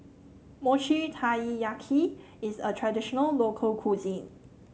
Mochi Taiyaki is a traditional local cuisine